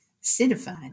citified